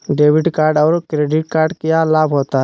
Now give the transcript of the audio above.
Debit card और credit card क्या लाभ होता है?